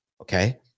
Okay